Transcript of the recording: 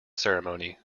ceremony